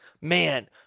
Man